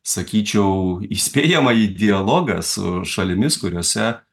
sakyčiau įspėjamąjį dialogą su šalimis kuriose